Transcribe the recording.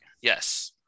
Yes